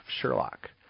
Sherlock